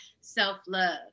self-love